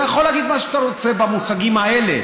אתה יכול להגיד מה שאתה רוצה במושגים האלה.